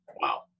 Wow